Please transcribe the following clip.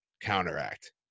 counteract